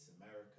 America